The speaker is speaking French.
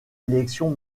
élections